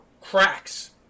cracks